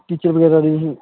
teacher ਵਗੈਰਾ ਦੀ